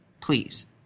Please